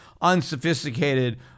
unsophisticated